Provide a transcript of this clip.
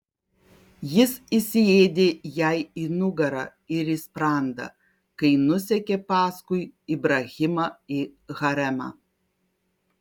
jis įsiėdė jai į nugarą ir į sprandą kai nusekė paskui ibrahimą į haremą